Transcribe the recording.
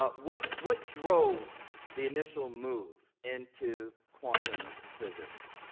ah what what drove the initial move into quantum physics?